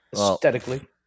aesthetically